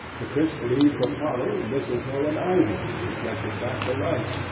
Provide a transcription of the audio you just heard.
the crisp leaves of holly, mistletoe, and ivy reflected back the light,